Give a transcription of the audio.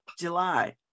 july